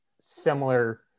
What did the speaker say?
similar